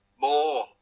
more